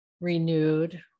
renewed